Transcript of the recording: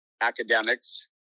academics